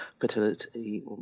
fertility